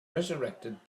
resurrected